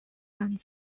and